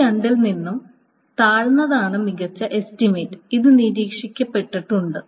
ഈ രണ്ടിൽ നിന്നും താഴ്ന്നതാണ് മികച്ച എസ്റ്റിമേറ്റ് ഇത് നിരീക്ഷിക്കപ്പെട്ടിട്ടുണ്ട്